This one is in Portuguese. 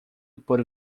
por